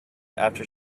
after